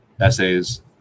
essays